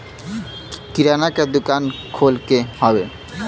किराना के दुकान खोले के हौ